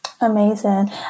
Amazing